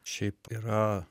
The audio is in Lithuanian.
šiaip yra